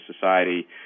society